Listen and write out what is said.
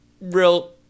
real